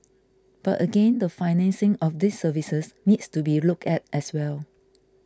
but again the financing of these services needs to be looked at as well